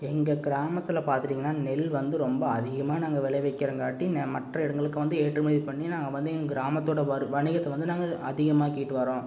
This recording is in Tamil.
எங்கள் கிராமத்தில் பார்த்துகிட்டிங்கன்னா நெல் வந்து ரொம்ப அதிகமாக நாங்கள் விளைவிக்கிறங்காட்டி மற்ற இடங்களுக்கு வந்து ஏற்றுமதி பண்ணி நாங்கள் வந்து எங்கள் கிராமத்தோட வரு வணிகத்தை வந்து நாங்கள் அதிகமாக்கிட்டு வரோம்